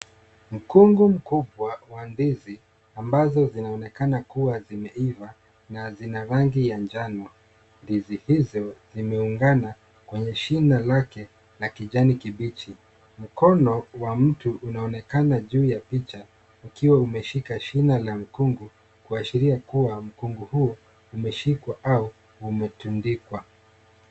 Mkungu mkubwa wa ndizi ambazo zinaonekana kuwa zimeiva na zina rangi ya njano. Ndizi hizo zimeungana kwenye shina lake la kijani kibichi mkono wa mtu unaonekana juu ya picha ukiwa umeshika shina la mkungu kuashiria kuwa mkungu huo umeshikwa au umetundikwa.